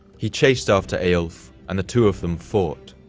he chased after eyjolf and the two of them fought.